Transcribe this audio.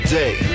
day